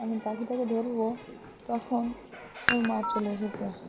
আমি পাখিটাকে ধরবো তখন ওর মা চলে এসেছে